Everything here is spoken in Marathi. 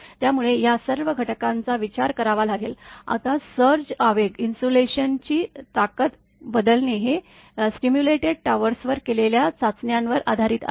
त्यामुळे या सर्व घटकांचा विचार करावा लागेल आता सर्ज आवेग इन्सुलेशनची ताकद बदलणे हे सिम्युलेटेड टॉवर्सवर केलेल्या चाचण्यांवर आधारित आहे